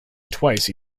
twice